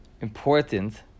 important